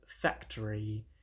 factory